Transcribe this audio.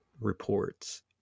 reports